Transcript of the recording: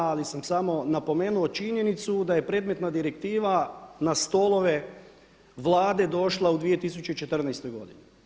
Ali sam samo napomenuo činjenicu da je predmetna direktiva na stolove Vlade došla u 2014. godini.